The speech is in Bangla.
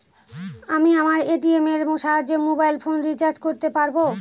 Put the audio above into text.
আমি আমার এ.টি.এম এর সাহায্যে মোবাইল ফোন রিচার্জ করতে পারব?